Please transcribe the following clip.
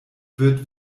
wird